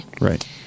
Right